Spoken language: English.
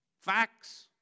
Facts